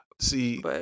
See